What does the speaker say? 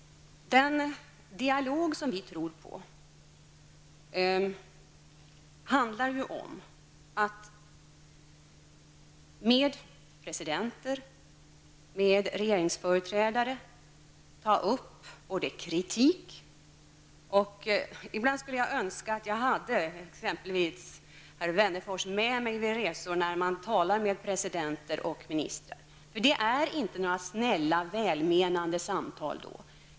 Den dialog som vi tror på handlar om att med presidenter och regeringsföreträdare ta upp kritik. Ibland skulle jag önska att jag hade exempelvis herr Wennerfors med mig när jag talar med presidenter och ministrar. Det är inte några snälla, välmenande samtal.